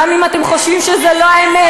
גם אם אתם חושבים שזו לא האמת.